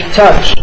touch